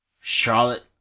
Charlotte